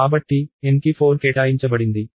కాబట్టి n కి 4 కేటాయించబడింది